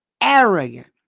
arrogant